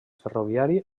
ferroviari